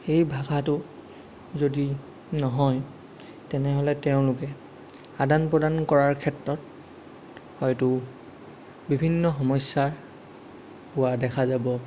এই ভাষাটো যদি নহয় তেনেহ'লে তেওঁলোকে আদান প্ৰদান কৰাৰ ক্ষেত্ৰত হয়টো বিভিন্ন সমস্যা হোৱা দেখা যাব